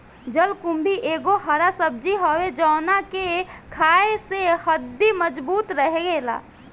जलकुम्भी एगो हरा सब्जी हवे जवना के खाए से हड्डी मबजूत रहेला